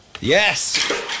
Yes